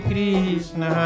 Krishna